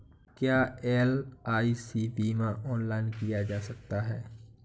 क्या एल.आई.सी बीमा ऑनलाइन किया जा सकता है?